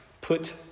put